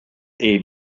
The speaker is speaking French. est